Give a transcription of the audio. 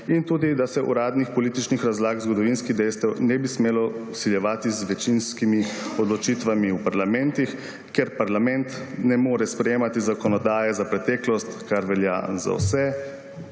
in tudi, da se uradnih političnih razlag, zgodovinskih dejstev ne bi smelo vsiljevati z večinskimi odločitvami v parlamentih, ker parlament ne more sprejemati zakonodaje za preteklost, kar velja za vse,